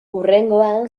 hurrengoan